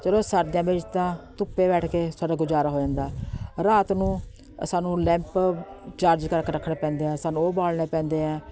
ਚਲੋ ਸਰਦੀਆਂ ਵਿੱਚ ਤਾਂ ਧੁੱਪੇ ਬੈਠ ਕੇ ਸਾਡਾ ਗੁਜ਼ਾਰਾ ਹੋ ਜਾਂਦਾ ਰਾਤ ਨੂੰ ਸਾਨੂੰ ਲੈਂਪ ਚਾਰਜ ਕਰ ਕੇ ਰੱਖਣੇ ਪੈਂਦੇ ਆ ਸਾਨੂੰ ਉਹ ਬਾਲਣੇ ਪੈਂਦੇ ਹੈ